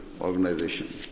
organization